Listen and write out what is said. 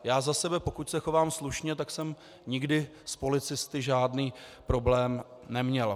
Já zase, pokud se chovám slušně, tak jsem nikdy s policisty žádný problém neměl.